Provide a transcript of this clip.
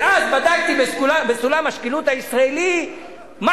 ואז בדקתי בסולם השקילות הישראלי מה